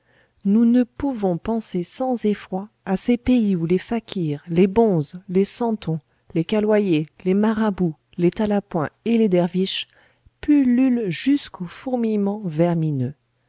nous ne pouvons penser sans effroi à ces pays où les fakirs les bonzes les santons les caloyers les marabouts les talapoins et les derviches pullulent jusqu'au fourmillement